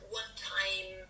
one-time